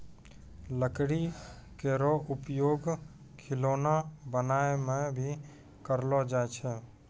लकड़ी केरो उपयोग खिलौना बनाय म भी करलो जाय छै